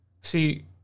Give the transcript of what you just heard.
See